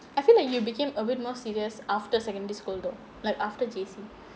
I feel like you became a bit more serious after secondary school though like after J_C